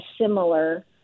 similar